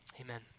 amen